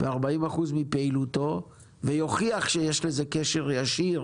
40% מפעילותו ויוכיח שיש לזה קשר ישיר